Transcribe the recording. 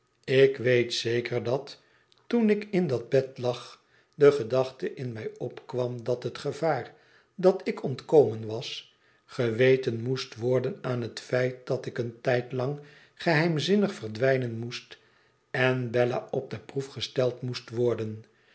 ik weet zeker dat toen ik in dat bed lag de gedachte in mij opkwam dat het gevaar dat ik ontkomen was geweten moest worden aan het feit dat ik een tijdlang geheimzinnig verdwijnen moest en bella op de proef gesteld moest worden